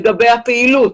לגבי הפעילות,